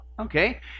okay